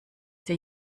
dir